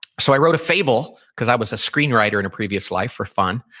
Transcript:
so i wrote a fable, because i was a screenwriter in a previous life for fun.